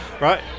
right